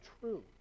true